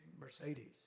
Mercedes